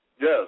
Yes